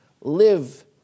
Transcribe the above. live